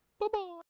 Bye-bye